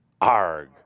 Arg